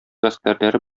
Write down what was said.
гаскәрләре